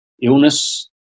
Illness